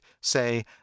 say